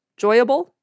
Joyable